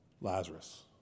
Lazarus